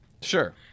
Sure